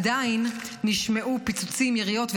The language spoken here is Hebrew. עדיין נשמעו פיצוצים ויריות,